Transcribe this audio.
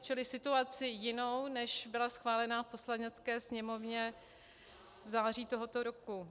Čili situaci jinou, než byla schválena v Poslanecké sněmovně v září tohoto roku.